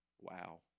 Wow